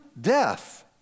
death